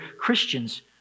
Christians